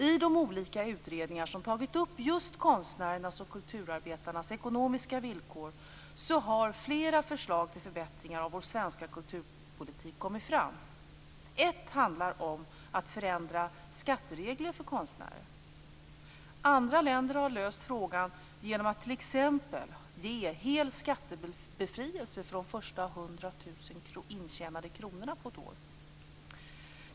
I de olika utredningar som tagit upp just konstnärernas och kulturarbetarnas ekonomiska villkor har flera förslag till förbättringar av vår svenska kulturpolitik kommit fram. Ett handlar om att förändra skattereglerna för konstnärer. Andra länder har löst frågan genom att t.ex. ge hel skattebefrielse från de första 100 000 intjänade kronorna på ett år.